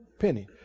penny